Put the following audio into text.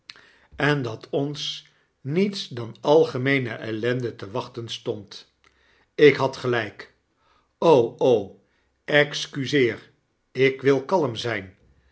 en dat ons niets dan algemeeneellendete wachten stond ik had gelyk o excuseer ik wil kalm zijn